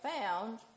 found